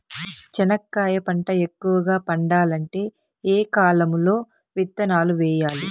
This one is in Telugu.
చెనక్కాయ పంట ఎక్కువగా పండాలంటే ఏ కాలము లో విత్తనాలు వేయాలి?